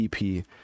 EP